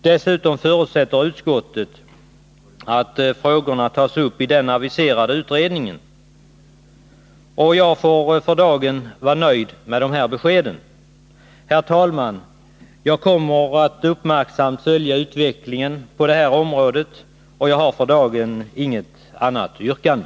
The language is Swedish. Dessutom förutsätter utskottet att frågorna tas upp i den aviserade utredningen. Jag får för dagen vara nöjd med dessa besked. Herr talman! Jag kommer att uppmärksamt följa utvecklingen på detta område och har för dagen inget yrkande.